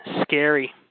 Scary